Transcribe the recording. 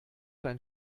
dein